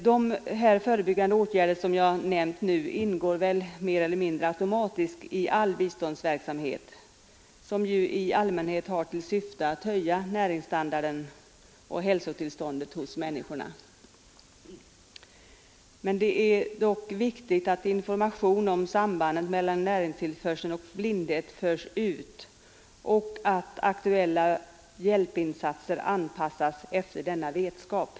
De förebyggande åtgärder som jag här nämnt ingår väl mer eller mindre automatiskt i all biståndsverksamhet, som ju i allmänhet har till syfte att höja näringsstandarden och förbättra hälsotillståndet hos människorna, men det är ändå viktigt att information om sambandet mellan näringstillförsel och blindhet förs ut och att aktuella hjälpinsatser anpassas efter denna vetskap.